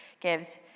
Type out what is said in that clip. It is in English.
gives